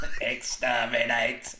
Exterminate